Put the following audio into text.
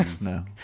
No